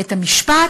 בית-המשפט,